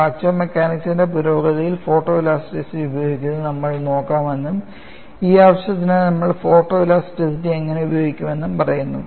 fracture മെക്കാനിക്സിന്റെ പുരോഗതിയിൽ photoelasticity ഉപയോഗിക്കുന്നത് നമ്മൾ നോക്കുമെന്നും ഈ ആവശ്യത്തിനായി നമ്മൾ ഫോട്ടോലാസ്റ്റിറ്റി എങ്ങനെ ഉപയോഗിക്കുമെന്നുംപറയുന്നു